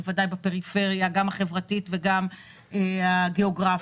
בוודאי בפריפריה החברתית והגיאוגרפית,